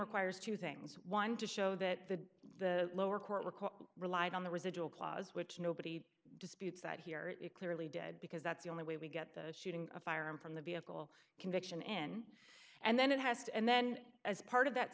requires two things one to show that the the lower court record relied on the residual clause which nobody disputes that here it clearly did because that's the only way we get the shooting a firearm from the vehicle conviction in and then it has to and then as part of that